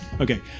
Okay